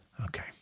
Okay